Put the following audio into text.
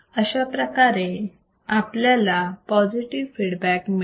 अशाप्रकारे आपल्याला positive feedback मिळेल